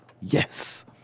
yes